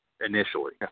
initially